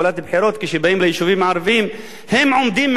כשהם באים ליישובים הערביים הם עומדים על הבימות,